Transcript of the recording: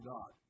God